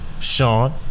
Sean